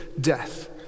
death